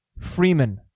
Freeman